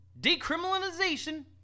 decriminalization